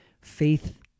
Faith